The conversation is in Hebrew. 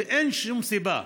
ואין שום סיבה.